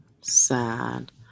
Sad